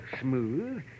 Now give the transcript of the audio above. smooth